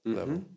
level